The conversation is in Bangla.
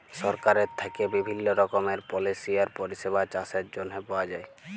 সরকারের থ্যাইকে বিভিল্ল্য রকমের পলিসি আর পরিষেবা চাষের জ্যনহে পাউয়া যায়